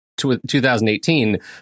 2018